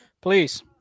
please